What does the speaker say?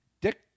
Dick